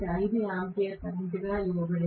5 ampere కరెంటుగా ఇవ్వబడింది